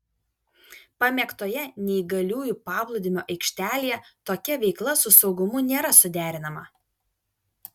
pamėgtoje neįgaliųjų paplūdimio aikštelėje tokia veikla su saugumu nėra suderinama